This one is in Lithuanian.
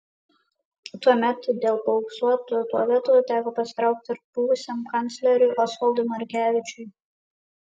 tuomet dėl paauksuotų tualetų teko pasitraukti ir buvusiam kancleriui osvaldui markevičiui